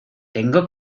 tengo